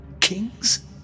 Kings